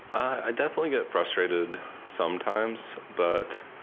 i definitely get frustrated sometimes, but